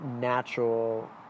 natural